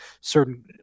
certain